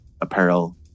apparel